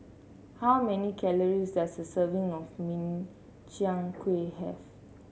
how many calories does a serving of Min Chiang Kueh have